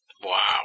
Wow